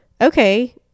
okay